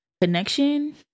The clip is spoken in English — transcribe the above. connection